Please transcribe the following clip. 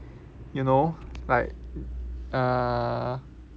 you know like err